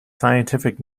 scientific